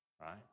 Right